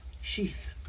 sheath